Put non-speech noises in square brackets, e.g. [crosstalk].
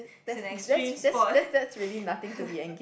it's an extreme sport [breath] [noise]